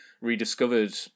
rediscovered